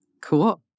cool